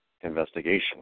investigation